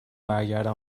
برگردم